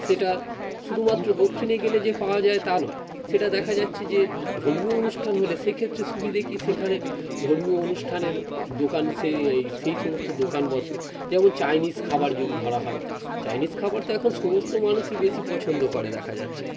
সেটা শুধুমাত্র দক্ষিণে গেলে যে পাওয়া যায় তা নয় সেটা দেখা যাচ্ছে যে ধর্মীয় অনুষ্ঠান হলে সেক্ষেত্রে সুবিধে কী সেখানে ধর্মীয় অনুষ্ঠানের দোকান সেই সেই সমস্ত দোকান বসে যেমন চাইনিজ খাবার যদি ধরা হয় চাইনিজ খাবার তো এখন সমস্ত মানুষই বেশি পছন্দ করে দেখা যাচ্ছে